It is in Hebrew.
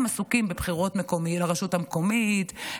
הם עסוקים בבחירות לרשות המקומית,